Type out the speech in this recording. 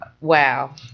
Wow